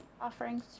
offerings